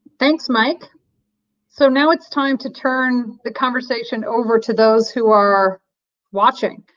thanks mike so now it's time to turn the conversation over to those who are watching.